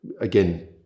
again